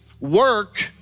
work